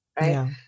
right